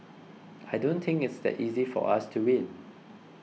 I don't think it's that easy for us to win